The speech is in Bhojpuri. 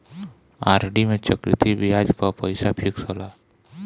आर.डी में चक्रवृद्धि बियाज पअ पईसा फिक्स होला